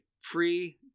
free